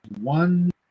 one